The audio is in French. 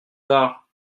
tard